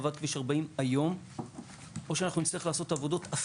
והיום אני צריך להתחנן שזה ייכנס לתוך החומש.